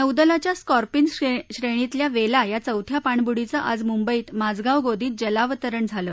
नौदलाच्या स्कॉर्पिन श्रेणीतल्या वेला या चौथ्या पाणवूडीचं आज मुंबईत माझगाव गोदीत जलावतरण झालं